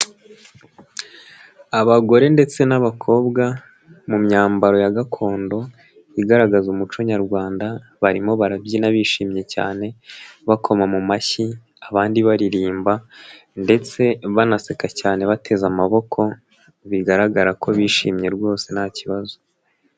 Abagore ndetse n'abakobwa mu myambaro ya gakondo igaragaza umuco nyarwanda, barimo barabyina bishimye cyane, bakoma mu mashyi abandi baririmba ndetse banaseka cyane bateze amaboko, bigaragara ko bishimye rwose nta kibazo.